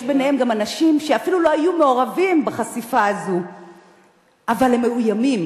יש ביניהם גם אנשים שאפילו לא היו מעורבים בחשיפה הזאת אבל הם מאוימים.